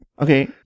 Okay